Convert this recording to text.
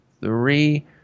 three